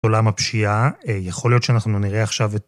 עולם הפשיעה, יכול להיות שאנחנו נראה עכשיו ...